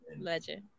Legend